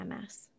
MS